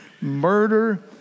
murder